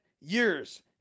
years